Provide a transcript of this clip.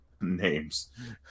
names